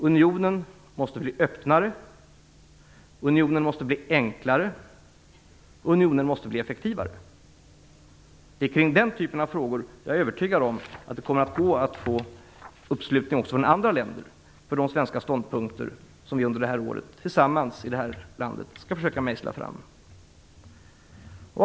Unionen måste bli öppnare. Unionen måste bli enklare. Unionen måste bli effektivare. Det är i den typen av frågor som jag är övertygad om att det kommer att gå att få uppslutning också från andra länder för de svenska ståndpunkter som vi tillsammans i det här landet skall försöka mejsla fram under detta år.